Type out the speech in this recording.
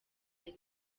ari